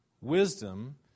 Wisdom